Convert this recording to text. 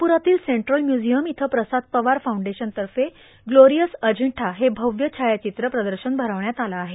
नागपुरातील central museum इथं Prasad Pawar foundation तर्फे ग्लोरियस अजिंठा हे भव्य छायाचित्र प्रदर्शन भरवण्यात आलं आहे